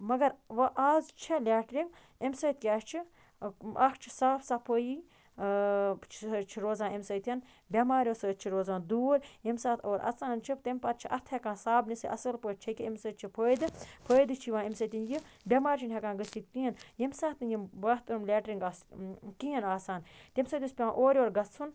مگر وۄنۍ اَز چھےٚ لیٹریٖن اَمہِ سۭتۍ کیٛاہ چھِ اَکھ چھُ صاف صفٲیی چھِ روزان اَمہِ سۭتۍ بٮ۪ماریو سۭتۍ چھِ روزان دوٗر ییٚمہِ ساتہٕ اور اَژان چھِ تیٚمہِ پَتہٕ چھِ اَتھٕ ہٮ۪کان صابنہِ سۭتۍ اَصۭل پٲٹھۍ چھیٚکہِ اَمہِ سۭتۍ چھِ فٲیدٕ فٲیدٕ چھِ یِوان اَمہِ سۭتۍ یہِ بٮ۪مارِ چھِنہٕ ہٮ۪کان گٔژھِتھ کِہیٖنۍ ییٚمہِ ساتہٕ نہٕ یِم باتھروٗم لیٹریٖن آس کِہیٖنۍ آسان تیٚمہِ سۭتۍ اوس پٮ۪وان اورٕ یورٕ گژھُن